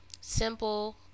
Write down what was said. simple